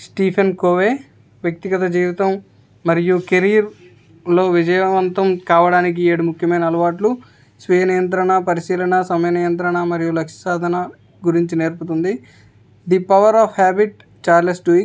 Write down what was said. Stephen Covey వ్యక్తిగత జీవితం మరియు కెరీర్లో విజయవంతం కావడానికి ఏడు ముఖ్యమైన అలవాట్లు స్వీయ నియంత్రణ పరిశీలన సమయ నియంత్రణ మరియు లక్ష్య సాధన గురించి నేర్పుతుంది the power of habit Charles Duhigg